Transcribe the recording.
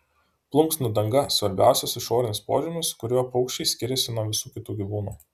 plunksnų danga svarbiausias išorinis požymis kuriuo paukščiai skiriasi nuo visų kitų gyvūnų